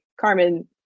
Carmen